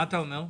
מה אתה אומר?